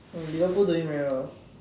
oh Liverpool doing very well